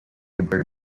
labor